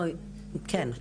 בואי, כן.